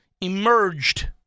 emerged